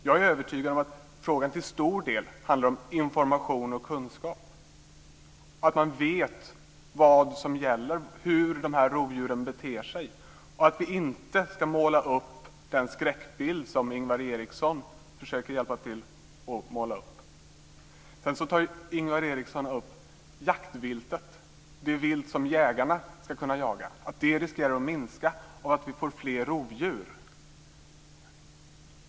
Jag är övertygad om att frågan till stor del handlar om information och kunskap, att man vet vad som gäller och hur dessa rovdjur beter sig och att man inte ska måla upp den skräckbild som Ingvar Eriksson försöker hjälpa till att måla upp. Ingvar Eriksson tog upp att jaktviltet, det vilt som jägarna ska kunna jaga, riskerar att minska om vi får fler rovdjur.